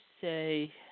say